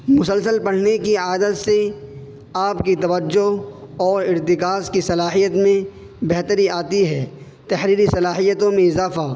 مسلسل پڑھنے کی عادت سے آپ کی توجہ اور ارتکاز کی صلاحیت میں بہتری آتی ہے تحریری صلاحیتوں میں اضافہ